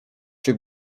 czy